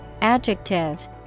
Adjective